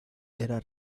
era